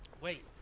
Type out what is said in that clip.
Wait